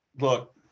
Look